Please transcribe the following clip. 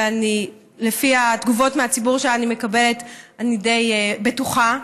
ולפי התגובות שאני מקבלת מהציבור אני די בטוחה.